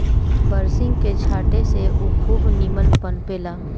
बरसिंग के छाटे से उ खूब निमन पनपे ला